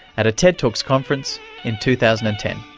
at a tedtalks conference in two thousand and ten.